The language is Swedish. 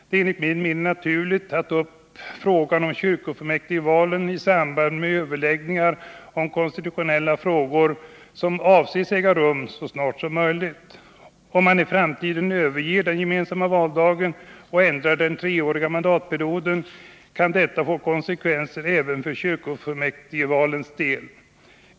Det är enligt min mening naturligt att ta upp frågan om kyrkofullmäktigvalen i samband med de överläggningar i konstitutionella frågor som avses äga rum så snart som möjligt. Om man i framtiden överger den gemensamma valdagen och ändrar den treåriga mandatperioden, kan detta få konsekvenser även för kyrkofullmäktigvalens del.